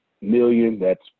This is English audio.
million—that's